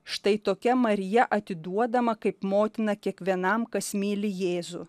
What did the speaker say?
štai tokia marija atiduodama kaip motina kiekvienam kas myli jėzų